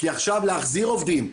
כי עכשיו להחזיר עובדים,